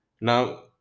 Now